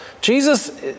Jesus